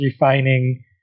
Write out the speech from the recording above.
refining